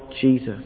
Jesus